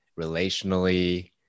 relationally